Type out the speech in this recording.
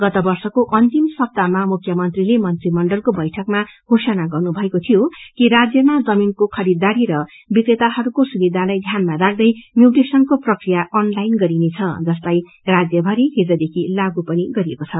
गत वर्षको अन्तिम सप्ताहमा मुख्यतमंत्रीले मंत्रीमण्डलको बैठकमा घोषणा गर्नुभएको थियो कि राज्यमा जमीनको खरीदारी र विक्रेताहरूको सुविधालाई ध्यानमा राख्दे म्यूटेशनको प्रक्रिया अनलाईन गरिनेछ जसलाई राज्यभरि हिज लागू गरिएको छ